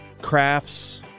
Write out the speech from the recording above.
crafts